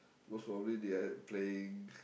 most probably they are playing